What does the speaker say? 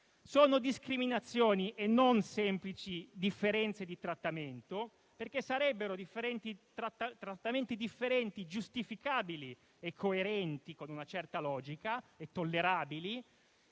Sono discriminazioni e non semplici differenze di trattamento, perché sarebbero trattamenti differenti giustificabili, coerenti con una certa logica e tollerabili,